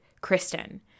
Kristen